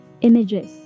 images